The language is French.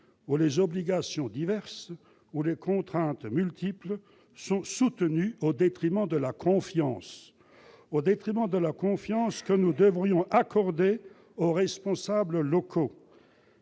où les obligations diverses et les contraintes multiples sont soutenues au détriment de la confiance que nous devrions accorder aux responsables locaux,